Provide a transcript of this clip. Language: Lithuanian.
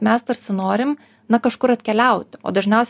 mes tarsi norim na kažkur atkeliaut o dažniaus